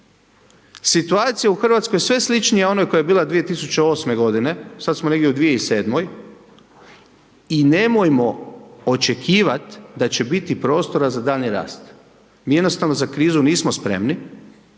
Situacija u RH je sve sličnija onoj koja je bila 2008.g., sad smo negdje u 2007. i nemojmo očekivat da će biti prostora za daljnji rast. Mi jednostavno za krizu nismo spremni